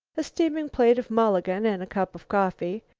a steaming plate of mulligan and a cup of coffee,